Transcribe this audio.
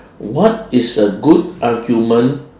what is a good argument